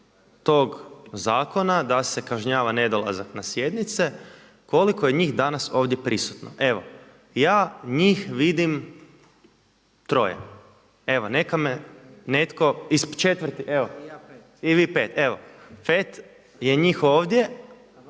tog zakona da se kažnjava nedolazak na sjednice koliko je njih danas ovdje prisutno. Evo ja njih vidim troje. Evo neka me netko ispravi. I četvrti i vi peti. Evo pet je njih ovdje.